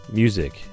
music